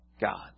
God